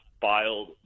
filed